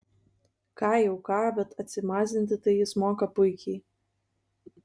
ką jau ką bet atsimazinti tai jis moka puikiai